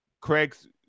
Craig's